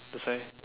they say